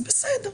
זה בסדר.